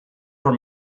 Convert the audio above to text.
were